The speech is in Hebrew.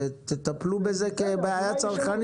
תטפלו בזה כבעיה צרכנית?